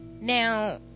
now